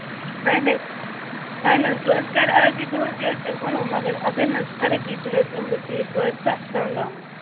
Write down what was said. اَہَن حظ اَہن حظ بہٕ حظ کَرٕ اَز یہِ دۄہس یہِ حظ تۄہہِ ونوٕ مگر اگر نہٕ حظ فرق گٔے تیٚلہِ حظ یِمہٕ بہٕ ژیٖرۍ بہٕ حظ سَخ تانگ آمُت